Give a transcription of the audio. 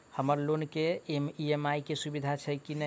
हम्मर लोन केँ ई.एम.आई केँ सुविधा छैय की नै?